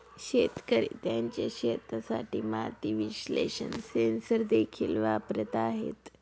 शेतकरी त्यांच्या शेतासाठी माती विश्लेषण सेन्सर देखील वापरत आहेत